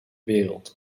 wereld